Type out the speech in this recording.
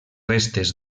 restes